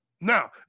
Now